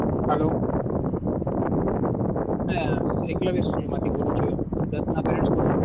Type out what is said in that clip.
hello મેં એકલવ્ય સ્કૂલમાંથી બોલું છું દત્તના પેરેન્ટ્સ બોલો છો